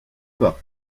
pas